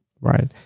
Right